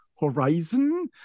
horizon